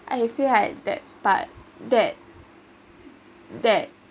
I feel like that part that that